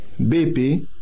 BP